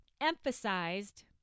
emphasized